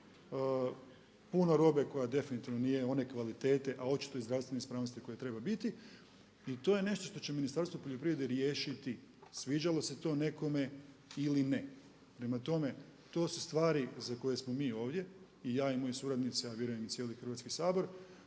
puno robe koja definitivno one kvalitete, a očito i zdravstvene ispravnosti koje treba biti i to je nešto što će Ministarstvo poljoprivrede riješiti sviđalo se to nekome ili ne. Prema tome, to su stvari za koje smo mi ovdje i ja i moji suradnici, a vjerujem i cijeli Hrvatski sabor